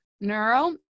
Neuro